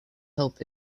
help